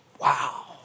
Wow